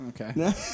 Okay